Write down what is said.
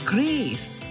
Grace